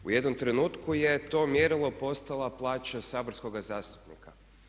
U jednom trenutku je to mjerilo postala plaća saborskoga zastupnika.